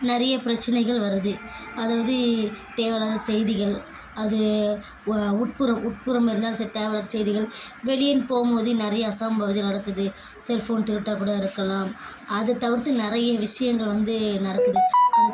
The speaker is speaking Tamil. நிறைய பிரச்சினைகள் வருது அதாவது தேவை இல்லாத செய்திகள் அது உட்புறம் உட்புறம் இருந்தால் அந்த சைட் தேவை இல்லாத செய்திகள் வெளியேன்னு போகும்போது நிறைய அசம்பாவிதம் நடக்குது செல்ஃபோன் திருட்டாக கூட இருக்கலாம் அதை தவிர்த்து நிறைய விஷயங்கள் வந்து நடக்குது அந்த